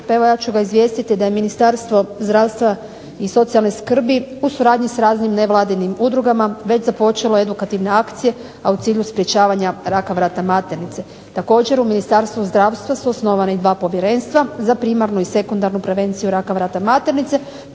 evo ja ću ga izvijestiti da je Ministarstvo zdravstva i socijalne skrbi u suradnji s raznim nevladinim udrugama već započela edukativne akcije a u cilju sprečavanja raka vrata maternice. Također u Ministarstvu zdravstva su osnovana i dva povjerenstva za primarnu i sekundarnu prevenciju raka vrata maternice